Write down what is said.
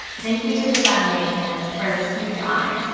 thank you to the foundation for this huge honor.